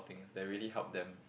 things that really help them